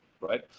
right